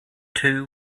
two